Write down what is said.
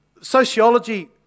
Sociology